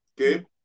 Okay